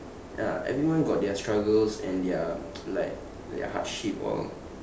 ya everyone got their struggles and their like their hardship all